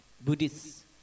Buddhists